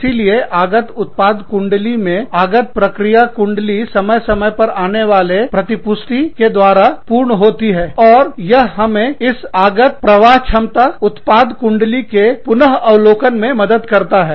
इसीलिए इस आगत उत्पाद कुंडली मे आगत प्रक्रिया कुंडली समय समय पर आने वाले प्रतिपुष्टि के द्वारा पूर्ण होती है